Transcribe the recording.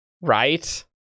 Right